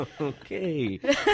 Okay